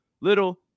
little